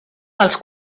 els